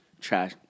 Trash